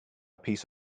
piece